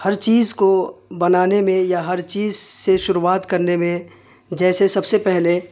ہر چیز کو بنانے میں یا ہر چیز سے شروعات کرنے میں جیسے سب سے پہلے